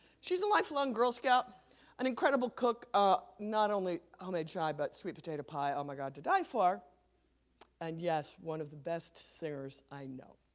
she's a lifelong girl scout an incredible cook. ah not only i may try but sweet potato pie. oh my god to die for and yes, one of the best singers i know